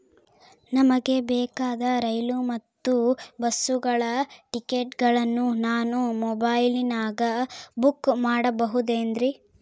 ನಮಗೆ ಬೇಕಾದ ರೈಲು ಮತ್ತ ಬಸ್ಸುಗಳ ಟಿಕೆಟುಗಳನ್ನ ನಾನು ಮೊಬೈಲಿನಾಗ ಬುಕ್ ಮಾಡಬಹುದೇನ್ರಿ?